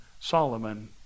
Solomon